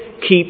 keep